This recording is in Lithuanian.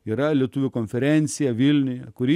yra lietuvių konferencija vilniuje kuri